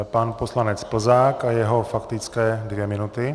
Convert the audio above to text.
Pan poslanec Plzák a jeho faktické dvě minuty.